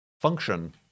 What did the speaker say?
function